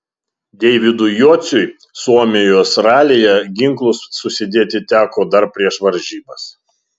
deividui jociui suomijos ralyje ginklus susidėti teko dar prieš varžybas